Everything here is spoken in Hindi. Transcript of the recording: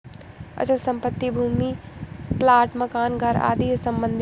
अचल संपत्ति भूमि प्लाट मकान घर आदि से सम्बंधित है